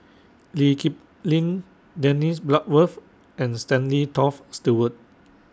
Lee Kip Lin Dennis Bloodworth and Stanley Toft Stewart